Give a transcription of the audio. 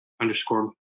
underscore